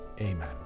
Amen